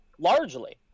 Largely